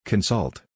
Consult